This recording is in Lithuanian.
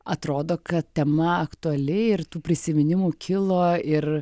atrodo kad tema aktuali ir tų prisiminimų kilo ir